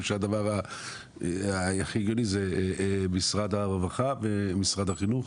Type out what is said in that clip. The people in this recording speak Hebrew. שהדבר הכי הגיוני זה משרד הרווחה ומשרד החינוך.